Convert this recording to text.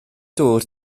dŵr